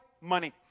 Money